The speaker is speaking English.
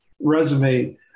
resume